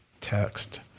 text